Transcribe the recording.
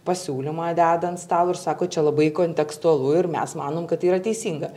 pasiūlymą deda ant stalo ir sako čia labai kontekstualu ir mes manom kad tai yra teisinga